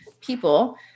people